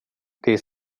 det